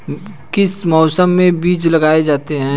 किस मौसम में बीज लगाए जाते हैं?